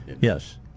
Yes